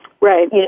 Right